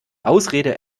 ausrede